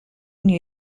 new